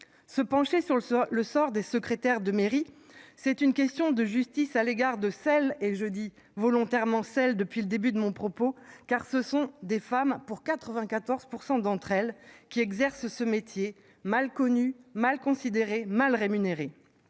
Se pencher sur le sort. Le sort des secrétaires de mairie. C'est une question de justice à l'égard de celles et je dis volontairement celle depuis le début de mon propos, car ce sont des femmes pour 94% d'entre elles qui exerce ce métier mal connu, mal considéré. Mal rémunérés,